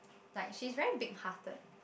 like she's very big hearted